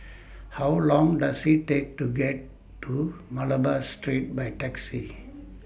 How Long Does IT Take to get to Malabar Street By Taxi